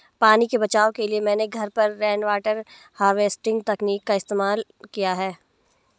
पानी के बचाव के लिए मैंने घर पर रेनवाटर हार्वेस्टिंग तकनीक का इस्तेमाल किया है